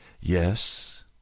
Yes